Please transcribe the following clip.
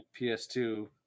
PS2